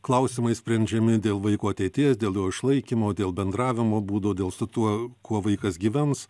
klausimai sprendžiami dėl vaiko ateities dėl jo išlaikymo dėl bendravimo būdo dėl su tuo kuo vaikas gyvens